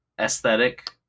aesthetic